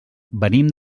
venim